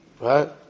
right